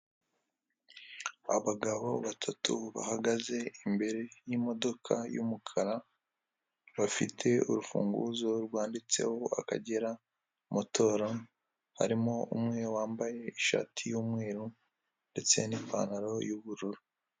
Abagabo batatu bahagaze imbere y'imodoka y'umukara, bafite urufunguzo rwanditseho akagera motoro, harimo umwe wambaye ishati y'umweru, ndetse n'ipantaro y'ubururu.